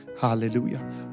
Hallelujah